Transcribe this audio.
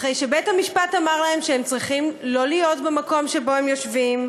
אחרי שבית-המשפט אמר להם שהם צריכים לא להיות במקום שבו הם יושבים.